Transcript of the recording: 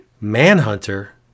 Manhunter